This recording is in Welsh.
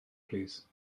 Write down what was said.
plîs